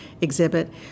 exhibit